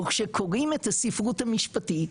וכשקוראים את הספרות המשפטית,